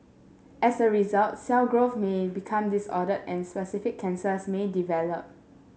as a result cell growth may become disordered and specific cancers may develop